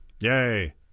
Yay